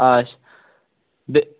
آچھ بیے